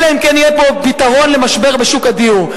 אלא אם כן יהיה פה פתרון למשבר בשוק הדיור.